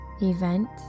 event